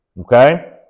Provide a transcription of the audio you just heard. okay